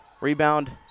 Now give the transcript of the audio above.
Rebound